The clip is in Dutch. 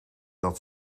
dat